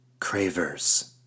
Cravers